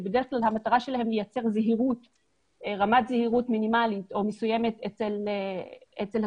שבדרך כלל המטרה שלהן לייצר רמת זהירות מינימלית או מסוימת אצל הציבור,